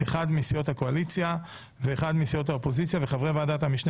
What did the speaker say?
אחד מסיעות הקואליציה ואחד מסיעות האופוזיציה וחברי ועדת המשנה